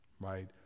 right